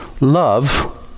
Love